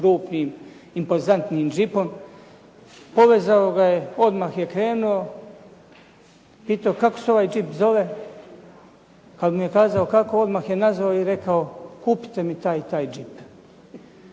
krupnim impozantnim džipom, povezao ga je, odmah je krenuo. Pitao je kako se ovaj džip zove, ali mi je kazao kako odmah je nazvao i rekao kupite mi taj i